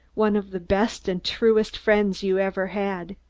one of the best and truest friends you ever had.